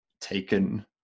taken